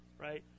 right